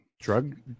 drug